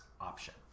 option